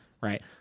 right